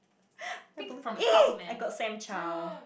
I don't eh I got Sam-Chow